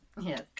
Yes